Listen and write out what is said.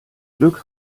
glück